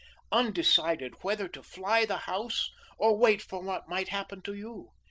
undecided whether to fly the house or wait for what might happen to you,